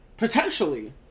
potentially